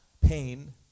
pain